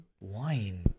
wine